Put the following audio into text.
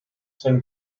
seine